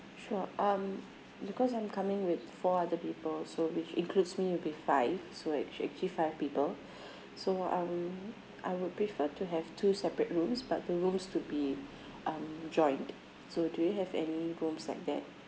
sure um because I'm coming with four other people so which includes me will be five so act~ actually five people so um I would prefer to have two separate rooms but the rooms to be um joint so do you have any room like that